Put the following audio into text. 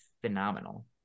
phenomenal